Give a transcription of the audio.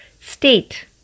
state